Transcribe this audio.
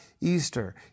Easter